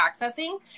accessing